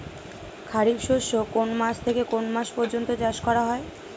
খারিফ শস্য কোন মাস থেকে কোন মাস পর্যন্ত চাষ করা হয়?